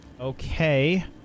Okay